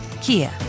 Kia